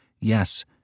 Yes